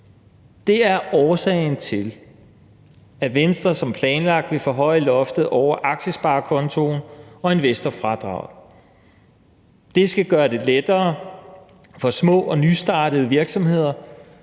Det er årsagen til, at Venstre som planlagt vil forhøje loftet over aktiesparekontoen og investorfradraget. Det skal gøre det lettere for små og nystartede virksomheder